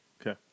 Okay